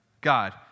God